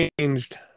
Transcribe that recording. changed